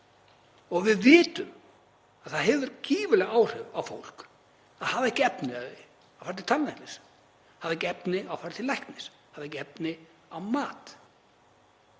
Við vitum að það hefur gífurleg áhrif á fólk að hafa ekki efni á að fara til tannlæknis, hafa ekki efni á að fara til læknis, hafa ekki efni á mat.